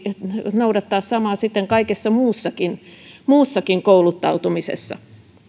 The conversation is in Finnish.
noudattaisi samaa sitten kaikessa muussakin muussakin kouluttautumisessa